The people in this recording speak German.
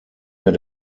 mehr